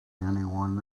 anyone